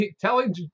telling